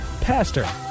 pastor